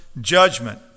judgment